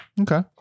Okay